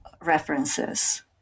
references